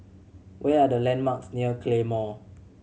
what are the landmarks near Claymore